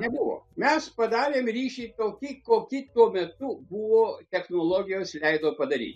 nebuvo mes padarėm ryšį tokį kokį tuo metu buvo technologijos leido padaryt